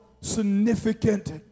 significant